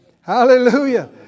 Hallelujah